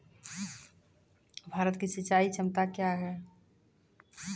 भारत की सिंचाई क्षमता क्या हैं?